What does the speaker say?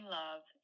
love